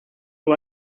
who